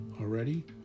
Already